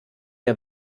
der